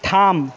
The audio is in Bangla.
থাম